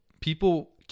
people